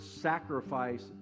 sacrifice